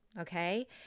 Okay